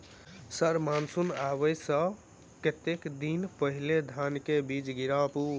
Sir monsoon आबै सऽ कतेक दिन पहिने धान केँ बीज गिराबू?